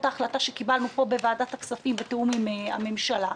ההחלטה שקיבלנו פה בוועדת הכספים בתיאום עם הממשלה.